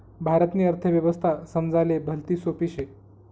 भारतनी अर्थव्यवस्था समजाले भलती सोपी शे